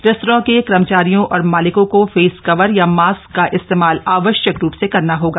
restaurant के कर्मचारियों और मालिकों को फेस कवर या मास्क का इस्तेमाल आवश्यक रूप से करना होगा